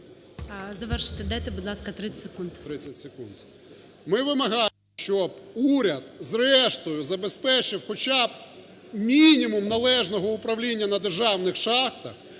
Завершити дайте, будь ласка, 30 секунд. ГУСАК В.Г. 30 секунд. Ми вимагаємо, щоб уряд зрештою забезпечив хоча б мінімум належного управління на державних шахтах,